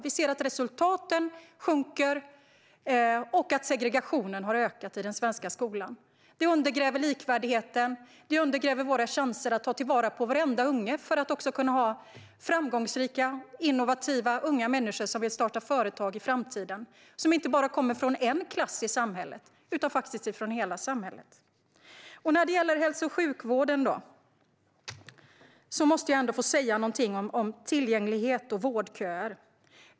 Vi ser att resultaten sjunker och att segregationen ökar i den svenska skolan. Det undergräver likvärdigheten och våra chanser att ta till vara varenda unge så att de kan bli framgångsrika, innovativa unga människor som vill starta företag i framtiden. De ska inte komma från bara en klass i samhället utan faktiskt från hela samhället. Sedan var det hälso och sjukvården, tillgänglighet och vårdköer.